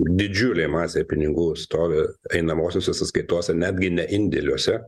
didžiulė masė pinigų stovi einamosiose sąskaitose netgi ne indėliuose